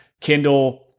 Kindle